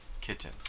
kitten